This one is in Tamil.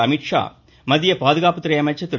அமீத்ஷா மத்திய பாதுகாப்புத்துறை அமைச்சர் திரு